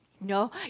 No